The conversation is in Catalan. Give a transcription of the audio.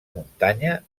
muntanya